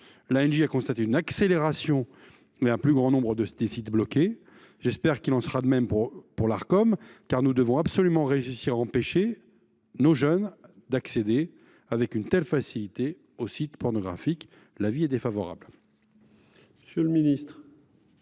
L’ANJ a constaté une accélération des délais et un plus grand nombre de sites bloqués. J’espère qu’il en sera de même pour l’Arcom, car nous devons absolument réussir à empêcher nos jeunes d’accéder si facilement aux sites pornographiques. La commission est défavorable